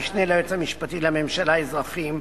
המשנה ליועץ המשפטי לממשלה (אזרחי),